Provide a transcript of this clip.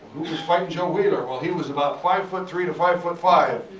who's fighting joe wheeler? well, he was about five foot three to five foot five.